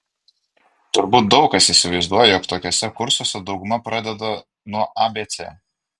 turbūt daug kas įsivaizduoja jog tokiuose kursuose dauguma pradeda nuo abc